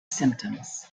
symptoms